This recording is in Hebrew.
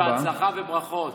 בהצלחה וברכות.